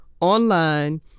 online